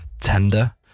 tender